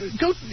Go